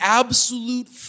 absolute